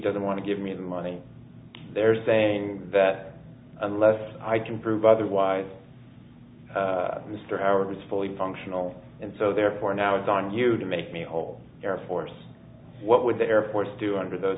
doesn't want to give me the money they're saying that unless i can prove otherwise mr howard was fully functional and so therefore now it's on you to make the whole air force what would the air force do under those